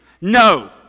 No